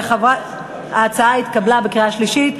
ההצעה התקבלה בקריאה שלישית,